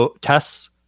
tests